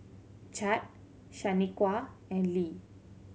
Chadd Shaniqua and Le